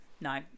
No